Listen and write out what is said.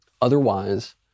Otherwise